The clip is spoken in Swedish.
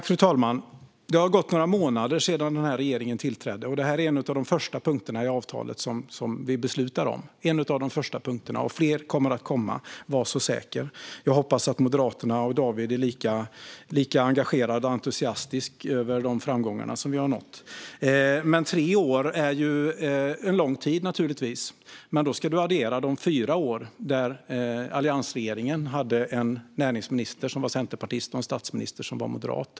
Fru talman! Det har gått några månader sedan regeringen tillträdde, och detta är en av de första punkter i avtalet som vi beslutar om. Och fler kommer - var så säker! Jag hoppas att Moderaterna och David är lika engagerade och entusiastiska över de framgångar som vi har nått. Tre år är naturligtvis en lång tid, men då ska vi addera de fyra år då alliansregeringen hade en näringsminister som var centerpartist och en statsminister som var moderat.